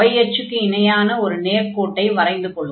y அச்சுக்கு இணையான ஒரு நேர்கோட்டை வரைந்து கொள்வோம்